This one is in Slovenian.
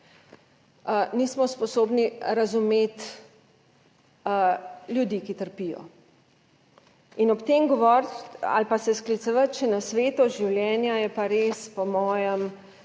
nismo sposobni razumeti ljudi, ki trpijo. In ob tem govoriti ali pa se sklicevati še na svetost življenja, je pa res po mojem